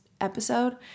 episode